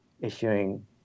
issuing